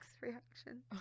reaction